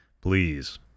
Please